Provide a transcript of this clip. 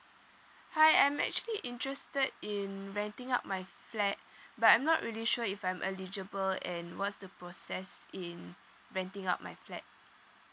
hi I'm actually interested in renting out my flat but I'm not really sure if I'm eligible and what's the process in renting out my flat